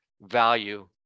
value